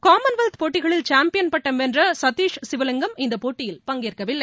Commonwealth போட்டிகளில் champion பட்டம் வென்ற சத்திஷ் சிவலிங்கம் இந்த போட்டியில் பங்கேற்கவில்லை